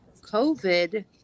covid